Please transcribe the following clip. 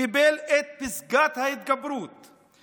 קיבל את פסקת ההתגברות,